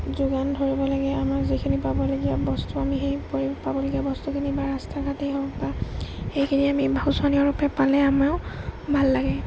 যোগান ধৰিব লাগে আমাৰ যিখিনি পাবলগীয়া বস্তু আমি সেই পৰি পাবলগীয়া বস্তুখিনি বা ৰাস্তা ঘাটেই হওক বা সেইখিনি আমি শোচনীয়ৰূপে পালে আমাৰ ভাল লাগে